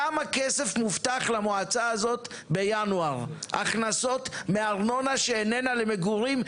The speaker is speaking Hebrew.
כמה כסף מובטח למועצה הזו בינואר מהכנסות מארנונה שאיננה למגורים,